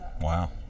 Wow